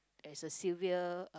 as a civil uh